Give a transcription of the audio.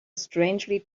strangely